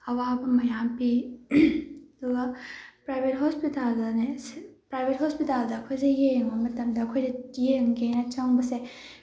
ꯑꯋꯥꯕ ꯃꯌꯥꯝ ꯄꯤ ꯑꯗꯨꯒ ꯄ꯭ꯔꯥꯏꯚꯦꯠ ꯍꯣꯁꯄꯤꯇꯜꯗꯅꯦ ꯄ꯭ꯔꯥꯏꯚꯦꯠ ꯍꯣꯁꯄꯤꯇꯜꯗ ꯑꯩꯈꯣꯏꯁꯦ ꯌꯦꯡꯕ ꯃꯇꯝꯗ ꯑꯩꯈꯣꯏꯗ ꯌꯦꯡꯒꯦꯅ ꯆꯪꯕꯁꯦ